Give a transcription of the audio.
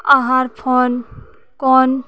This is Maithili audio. अहार फोन कोन